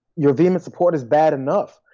your vehement support is bad enough.